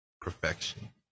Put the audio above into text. Perfection